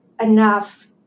enough